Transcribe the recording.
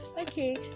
Okay